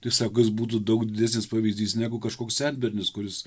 tai sako jis būtų daug didesnis pavyzdys negu kažkoks senbernis kuris